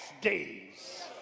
days